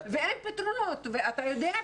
ואין פתרונות ואתה יודע,